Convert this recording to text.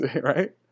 right